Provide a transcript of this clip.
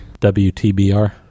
WTBR